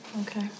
Okay